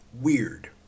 weird